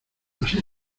así